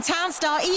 Townstar